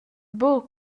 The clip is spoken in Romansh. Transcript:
buca